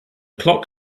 clock